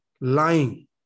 lying